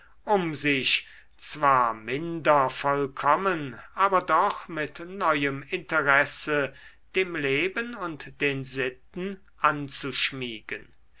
um sich zwar minder vollkommen aber doch mit neuem interesse dem leben und den sitten anzuschmiegen